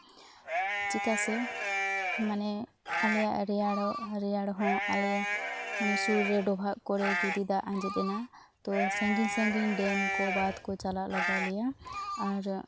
ᱪᱮᱫᱟᱜ ᱥᱮ ᱢᱟᱱᱮ ᱟᱞᱮᱭᱟᱜ ᱨᱮᱭᱟᱲᱚᱜ ᱨᱮᱭᱟᱲ ᱦᱚᱸ ᱟᱞᱮ ᱢᱟᱱᱮ ᱥᱩᱨ ᱨᱮ ᱰᱚᱵᱷᱟᱜ ᱠᱚᱨᱮ ᱡᱩᱫᱤ ᱫᱟᱜ ᱟᱸᱡᱮᱫ ᱮᱱᱟ ᱛᱚ ᱥᱟᱺᱜᱤᱧ ᱥᱟᱺᱜᱤᱧ ᱰᱮᱢ ᱠᱚ ᱵᱟᱸᱫᱽ ᱠᱚ ᱪᱟᱞᱟᱜ ᱞᱟᱜᱟᱣ ᱞᱮᱭᱟ ᱟᱨ